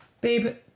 Babe